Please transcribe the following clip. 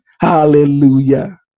Hallelujah